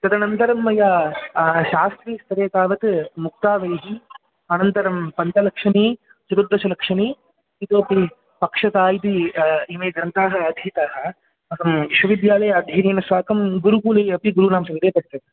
तदनन्तरं मया शास्त्रीस्तरे तावत् मुक्तावलीः अनन्तरं पञ्चलक्षणी चतुर्दशलक्षणी इतोऽपि पक्षता इति इमे ग्रन्थाः अधीताः अहं विश्वविद्यालये अध्ययनेन साकं गुरुकुले अपि गुरूणां सविधे पठ्यते